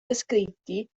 descritti